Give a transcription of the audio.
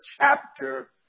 chapter